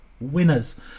winners